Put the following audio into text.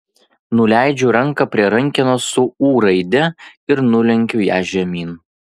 nuleidžiu ranką prie rankenos su ū raide ir nulenkiu ją žemyn